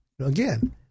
again